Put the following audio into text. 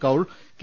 Kaul K